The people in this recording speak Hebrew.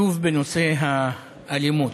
שוב בנושא אלימות,